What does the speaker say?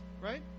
Right